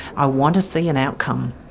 i want to see an outcome.